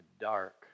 dark